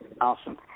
Awesome